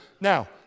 Now